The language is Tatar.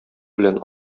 белән